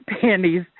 panties